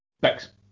Thanks